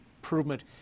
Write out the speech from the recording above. improvement